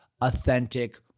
authentic